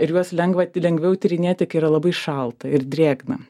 ir juos lengva lengviau tyrinėti kai yra labai šalta ir drėgna